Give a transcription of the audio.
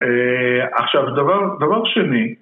עכשיו דבר, דבר שני